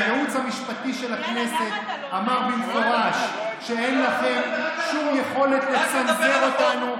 והייעוץ המשפטי של הכנסת אמר במפורש שאין לכם שום יכולת לצנזר אותנו.